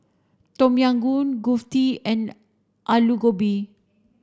Tom Yam Goong Kulfi and Alu Gobi